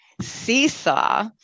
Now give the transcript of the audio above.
Seesaw